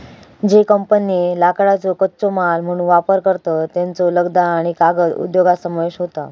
ज्ये कंपन्ये लाकडाचो कच्चो माल म्हणून वापर करतत, त्येंचो लगदा आणि कागद उद्योगात समावेश होता